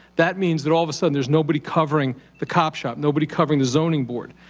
that means that all of a sudden there's nobody covering the cop-shop, nobody covering the zoning board.